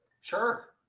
Sure